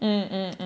mm mm mm